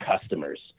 customers